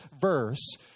verse